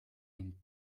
ein